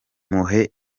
muhe